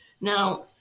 Now